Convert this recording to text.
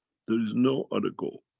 there is no other goal.